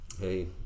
hey